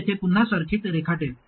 मी येथे पुन्हा सर्किट रेखाटेल